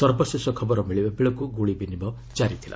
ସର୍ବଶେଷ ଖବର ମିଳିବାବେଳକୁ ଗୁଳି ବିନିମୟ ଜାରି ଥିଲା